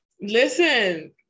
Listen